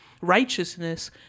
righteousness